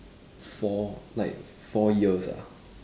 four like four years ah